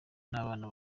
n’abana